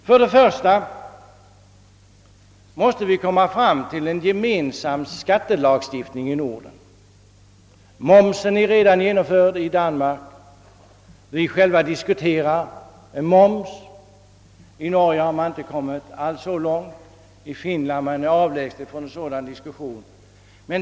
För det första måste vi komma fram till en gemensam skattelagstiftning i Norden. Momsen är redan införd i Danmark, i vårt land diskuterar vi frågan om införande av moms, i Norge har man inte kommit så långt, i Finland är en sådan diskussion avlägsen.